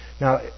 Now